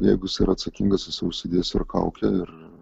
jeigu jisai yra atsakingas jisai užsidės kaukę ir